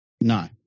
No